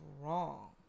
wrong